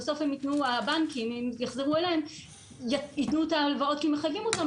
ובסוף הבנקים יחזרו אליהם וייתנו את ההלוואות כי מחייבים אותם,